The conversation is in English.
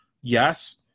yes